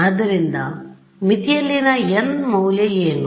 ಆದ್ದರಿಂದ ಮಿತಿಯಲ್ಲಿನ n ನ ಮೌಲ್ಯ ಏನು